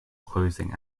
closing